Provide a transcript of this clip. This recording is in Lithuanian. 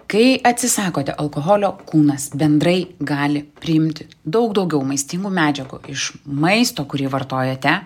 kai atsisakote alkoholio kūnas bendrai gali priimti daug daugiau maistingų medžiagų iš maisto kurį vartojate